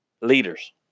leaders